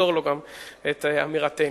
שתמסור לו את אמירתנו.